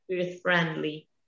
earth-friendly